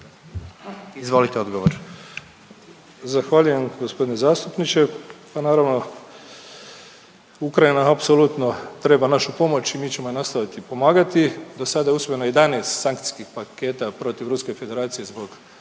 Frano (HDZ)** Zahvaljujem g. zastupniče, pa naravno Ukrajina apsolutno treba našu pomoć i mi ćemo je nastaviti pomagati, dosada je usvojeno 11 sankcijskih paketa protiv Ruske Federacije zbog